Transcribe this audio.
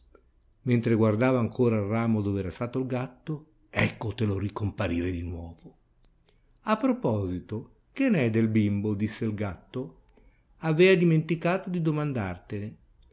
mentre guardava ancora al ramo dov'era stato il gatto eccotelo ricomparire di nuovo a proposito che n'è del bimbo disse il gatto avea dimenticato di domandartene